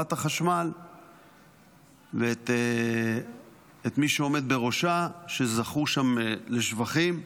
חברת החשמל ואת מי שעומד בראשה, שזכו שם לשבחים.